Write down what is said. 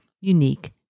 unique